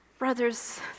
Brothers